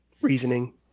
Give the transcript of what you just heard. reasoning